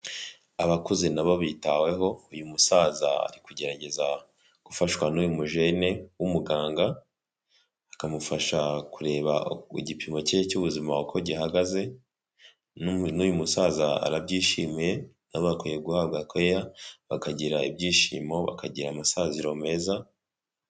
Abakuze nabo bitaweho, uyu musaza ari kugerageza gufashwa n'uyu mujene w'umuganga, akamufasha kureba ku gipimo cye cy'ubuzima uko gihagaze, n'uyu musaza arabyishimiye. Nabo bakwiye guhabwa care bakagira ibyishimo, bakagira amasaziro meza.